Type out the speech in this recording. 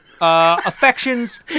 affections